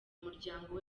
umuryango